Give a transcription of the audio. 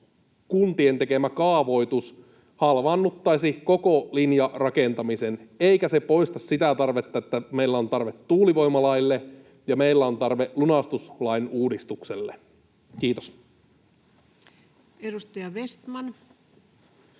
kuntien tekemä kaavoitus halvaannuttaisi koko linjarakentamisen, eikä se poista sitä, että meillä on tarve tuulivoimalaille ja meillä on tarve lunastuslain uudistukselle. — Kiitos. [Speech